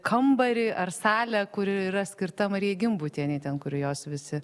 kambarį ar salę kuri yra skirta marijai gimbutienei ten kur jos visi